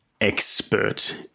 expert